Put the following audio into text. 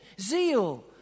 zeal